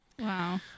Wow